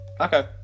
Okay